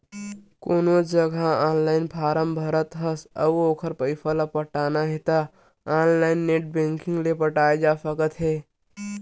कोनो जघा online form भरत हस अउ ओखर पइसा पटाना हे त ऑनलाइन नेट बैंकिंग ले पटाए जा सकत हे